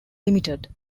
limited